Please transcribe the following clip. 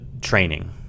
training